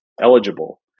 eligible